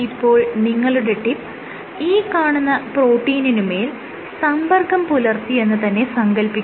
ഇപ്പോൾ നിങ്ങളുടെ ടിപ്പ് ഈ കാണുന്ന പ്രോട്ടീനിനുമേൽ സമ്പർക്കം പുലർത്തിയെന്ന് തന്നെ സങ്കല്പിക്കുക